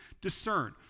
discern